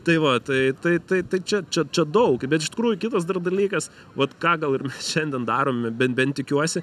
tai va tai tai tai čia čia čia daug bet iš tikrųjų kitas dar dalykas vat ką gal ir mes šiandien darome bet bent tikiuosi